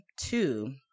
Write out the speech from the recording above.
two